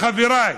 לחבריי: